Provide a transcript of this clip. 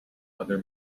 other